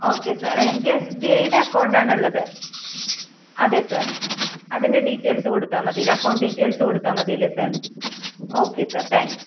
sir എനിക്ക് S B ഐയുടെ അക്കൗണ്ടാണ് ഉള്ളത് അതെ സർ അതിൻ്റെ ഡീറ്റെയിൽസ് കൊടുത്താൽ മതിയല്ലെ അക്കൗണ്ട് ഡീറ്റെയിൽസ് കൊടുത്താൽ മതിയല്ലേ sir okay sir thank U